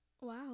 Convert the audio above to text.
Wow